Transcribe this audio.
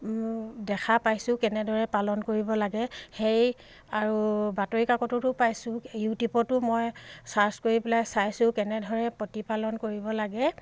দেখা পাইছোঁ কেনেদৰে পালন কৰিব লাগে সেই আৰু বাতৰি কাকততো পাইছোঁ ইউটিউবতো মই চাৰ্জ কৰি পেলাই চাইছোঁ কেনেদৰে প্ৰতিপালন কৰিব লাগে